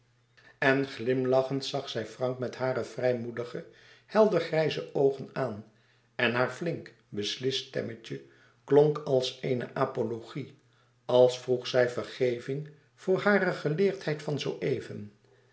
en glimlachend zag zij frank met hare vrijmoedige heldergrijze oogen aan en haar flink beslist stemmetje klonk als eene apologie als vroeg zij vergeving voor hare geleerdheid van zooeven